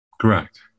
Correct